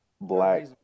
black